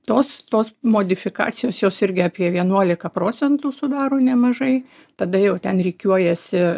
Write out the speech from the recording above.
tos tos modifikacijos jos irgi apie vienuolika procentų sudaro nemažai tada jau ten rikiuojasi